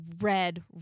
red